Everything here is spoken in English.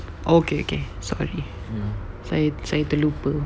oh okay okay sorry saya saya terlupa